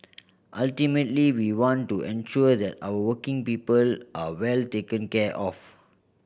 ultimately we want to ensure that our working people are well taken care of